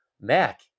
mac